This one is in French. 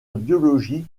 biologique